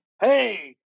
Hey